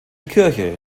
kirche